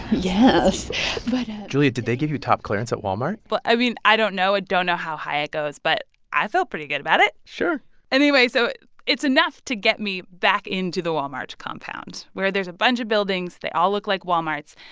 yes but julia, did they give you top clearance at walmart? well, i mean, i don't know. i don't know how high it goes. but i feel pretty good about it sure anyway, so it's enough to get me back into the walmart compound, where there's a bunch of buildings. they all look like walmarts.